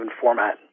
format